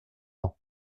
ans